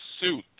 suit